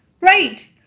Right